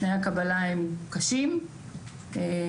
תנאי הקבלה הם קשים באוניברסיטאות.